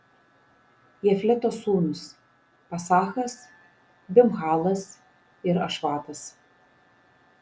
jafleto sūnūs pasachas bimhalas ir ašvatas